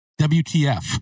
WTF